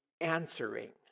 answering